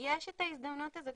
יש את ההזדמנות הזאת,